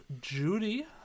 judy